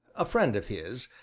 a friend of his,